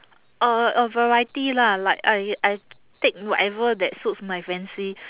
uh a variety lah like I I take whatever that suits my fancy